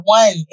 one